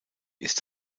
ist